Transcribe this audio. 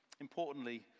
Importantly